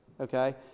okay